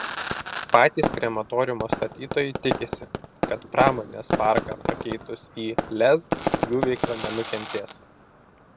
patys krematoriumo statytojai tikisi kad pramonės parką pakeitus į lez jų veikla nenukentės